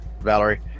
Valerie